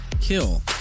kill